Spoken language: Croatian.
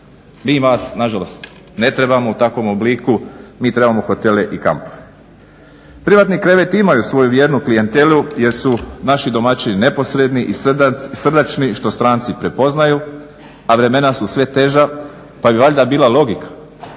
mi vas na žalost ne trebamo u takvom obliku, mi trebamo hotele i kampove. Privatni kreveti imaju svoju vjernu klijentelu jer su naši domaćini neposredni i srdačni što stranci prepoznaju, a vremena su sve teža, pa bi valjda bila logika